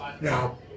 Now